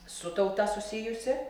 su tauta susijusi